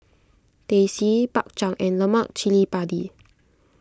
Teh C Bak Chang and Lemak Cili Padi